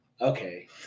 Okay